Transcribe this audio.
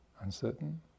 uncertain